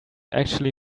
actually